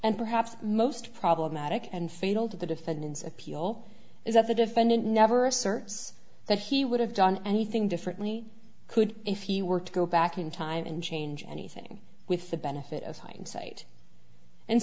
and perhaps most problematic and fatal to the defendant's appeal is that the defendant never asserts that he would have done anything differently could if he were to go back in time and change anything with the benefit of hindsight and